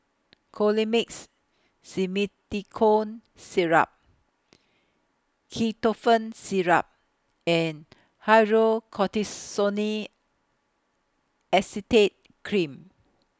Colimix Simethicone Syrup Ketotifen Syrup and Hydrocortisone Acetate Cream